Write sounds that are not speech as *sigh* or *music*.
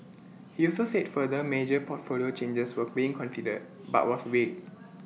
*noise* he also said further major portfolio changes were being considered *noise* but was vague